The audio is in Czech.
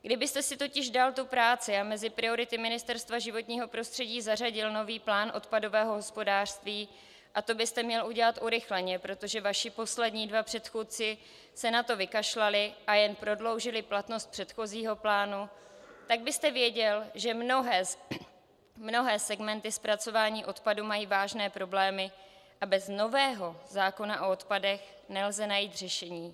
Kdybyste si totiž dal tu práci a mezi priority Ministerstva životního prostředí zařadil nový plán odpadového hospodářství, a to byste měl udělat urychleně, protože vaši poslední dva předchůdci se na to vykašlali a jen prodloužili platnost předchozího plánu, tak byste věděl, že mnohé segmenty zpracování odpadu mají vážné problémy a bez nového zákona o odpadech nelze najít řešení.